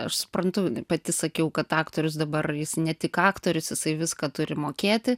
aš suprantu pati sakiau kad aktorius dabar jis ne tik aktorius jisai viską turi mokėti